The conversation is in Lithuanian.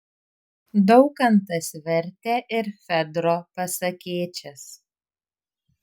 daukantas vertė ir fedro pasakėčias